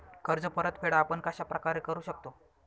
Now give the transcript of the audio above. कर्ज परतफेड आपण कश्या प्रकारे करु शकतो?